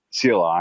CLI